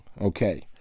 Okay